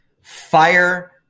Fire